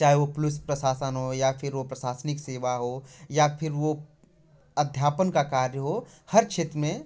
चाहे वो पुलिस प्रसासन हो या फिर वो प्रसासनिक सेवा हो या फिर वो अध्यापन का कार्य हो हर क्षेत्र में